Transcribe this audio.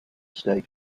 state